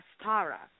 Astara